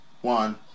One